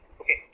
Okay